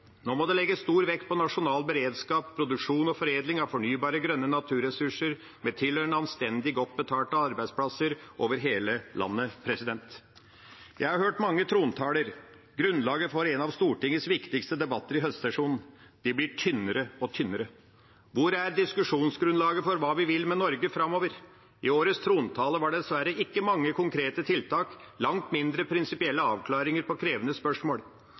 Nå må det legges stor vekt på nasjonal beredskap, produksjon og foredling av fornybare, grønne naturressurser med tilhørende anstendig, godt betalte arbeidsplasser over hele landet. Jeg har hørt mange trontaler – grunnlaget for en av Stortingets viktigste debatter i høstsesjonen. De blir tynnere og tynnere. Hvor er diskusjonsgrunnlaget for hva vi vil med Norge framover? I årets trontale var det dessverre ikke mange konkrete tiltak, langt mindre prinsipielle avklaringer på krevende spørsmål.